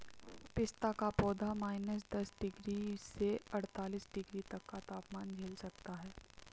पिस्ता का पौधा माइनस दस डिग्री से अड़तालीस डिग्री तक का तापमान झेल सकता है